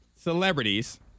celebrities